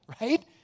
right